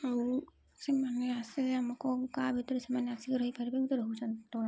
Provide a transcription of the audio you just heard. ଆଉ ସେମାନେ ଆସି ଆମକୁ ଗାଁ ଭିତରେ ସେମାନେ ଆସିକି ରହିପାରିବେ ରହୁଛନ୍ତି ତଳେ